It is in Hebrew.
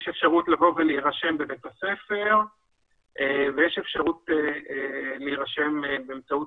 יש אפשרות לבוא ולהירשם בבית הספר ויש אפשרות להירשם באמצעות